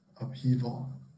upheaval